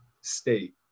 state